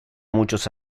muchos